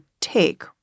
take